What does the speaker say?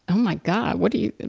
oh my god, what do you, you